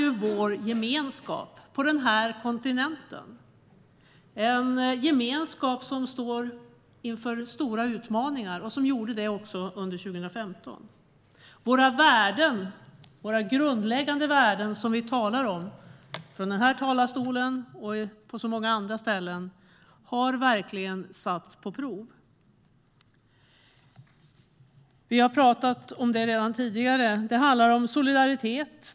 EU är vår gemenskap på den här kontinenten. Det är en gemenskap som står inför stora utmaningar och som gjorde det också under 2015. Våra grundläggande värden, som vi talar om från den här talarstolen och på många andra ställen, har verkligen satts på prov. Vi har talat om det redan tidigare. Det handlar om solidaritet.